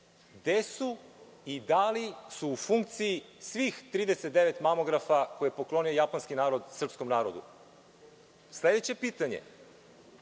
gde su i da li su u funkciji svih 39 mamografa koje je poklonio japanski narod srpskom narodu? Sledeće pitanje,